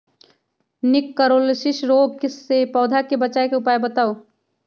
निककरोलीसिस रोग से पौधा के बचाव के उपाय बताऊ?